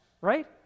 right